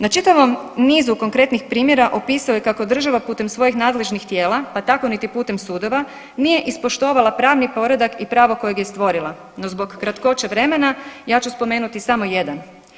Na čitavom nizu konkretnih primjera, opisao je kako država putem svojim nadležnih tijela pa tako niti putem sudova nije ispoštovala pravni poredak i pravo kojeg je stvorila no zbog kratkoće vremena, ja ću spomenuti samo jedan.